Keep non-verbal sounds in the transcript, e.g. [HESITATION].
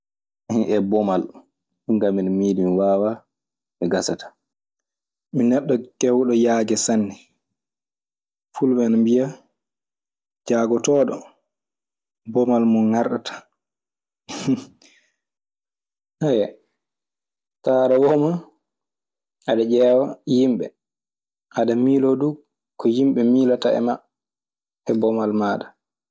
[LAUGHS] bomal ɗum kaa mi ɗe miili waawa, mi gasataa. Mi neɗɗo kewɗo yaage sanne. Fulɓe ana mbiya jaagotooɗo bomal muuɗum ŋarɗataa. [LAUGHS] [HESITATION] Tawo aɗe wama, aɗe ƴeewa yimɓe. Aɗe miiloo du ko yimɓe miilata e maa e bomal maaɗa.